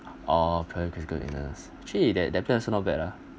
oh critical illness actually that that plan also not bad ah